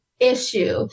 issue